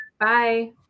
Bye